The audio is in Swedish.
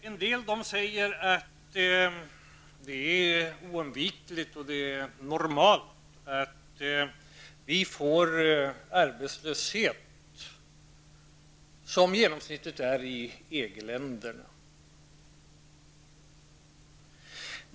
En del säger att det är oundvikligt och normalt att vi får en arbetslöshet som motsvarar genomsnittet i EG-länderna.